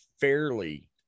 fairly